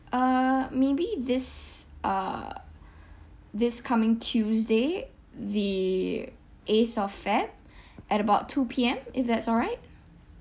uh maybe this uh this coming tuesday the eighth of feb at about two P_M if that's all right